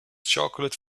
chocolate